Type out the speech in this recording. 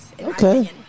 Okay